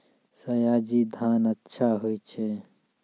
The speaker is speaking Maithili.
सयाजी धान अच्छा होय छै?